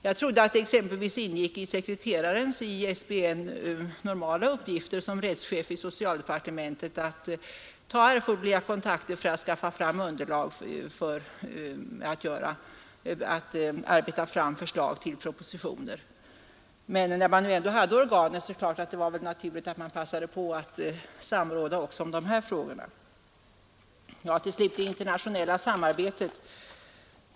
Jag trodde att det exempelvis ingick i sekreterarens i SBN normala uppgifter som rättschef i socialdepartementet att ta erforderliga kontakter för att skaffa fram underlag för förslag till propositioner. Men när man nu ändå hade organet var det väl naturligt att man passade på att samråda, också om de här frågorna. Till slut det internationella samarbetet.